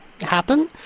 happen